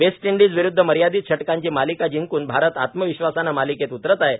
waste Indies विरुद्ध मर्यादित षटकांची मालिका जिंकून भारत आत्मविश्वासानं मालिकेत उतरत आहे